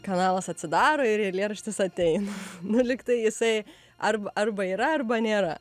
kanalas atsidaro ir eilėraštis ateina nu lygtai jisai arba arba yra arba nėra